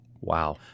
Wow